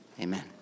Amen